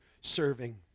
serving